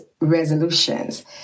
resolutions